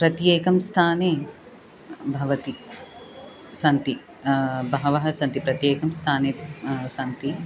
प्रत्येकं स्थाने भवति सन्ति बहवः सन्ति प्रत्येकं स्थाने सन्ति